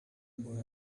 boy